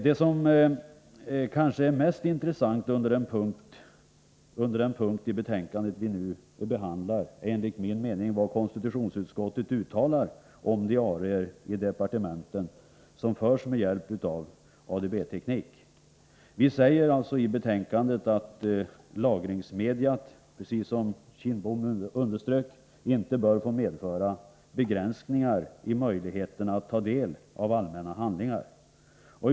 Det som kanske är mest intressant under den punkt i betänkandet som vi nu behandlar är, enligt min mening, vad konstitutionsutskottet uttalar om diarier i departementen som förs med hjälp av ADB-teknik. Vi säger i betänkandet att lagringsmediet, precis som Kindbom underströk, inte bör få medföra begränsningar i möjligheterna att ta del av allmänna handlingar.